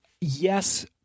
yes